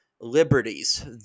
liberties